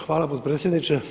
Hvala potpredsjedniče.